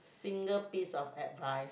single piece of advice